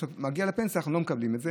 וכשמגיעים לפנסיה לא מקבלים את זה.